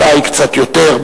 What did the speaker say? אולי קצת יותר,